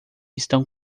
estão